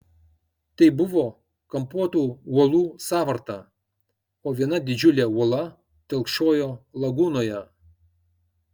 tai buvo kampuotų uolų sąvarta o viena didžiulė uola telkšojo lagūnoje